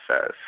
says